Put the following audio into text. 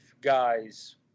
guys